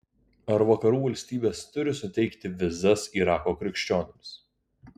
ar vakarų valstybės turi suteikti vizas irako krikščionims